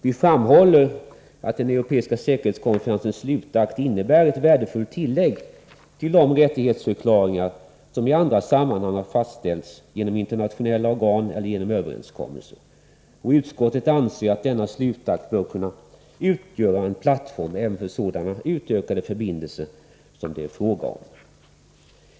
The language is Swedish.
Vi framhåller att den europeiska säkerhetskonferensens slutakt innebär ett värdefullt tillägg till de rättighetsförklaringar som i andra sammanhang har fastställts genom internationella organ eller genom överenskommelser. Utskottet anser att denna slutakt bör kunna utgöra en plattform även för sådana utökade förbindelser som det är fråga om.